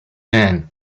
man